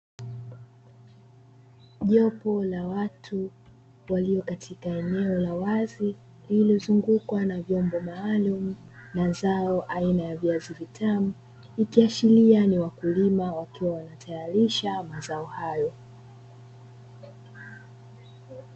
Jopo la watu walio katika eneo la wazi iliyozungukwa na vyombo maalum na zao aina ya viazi vitamu ikiashiria ni wakulima wakiwa wanatayarisha mazao hayo.